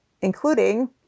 including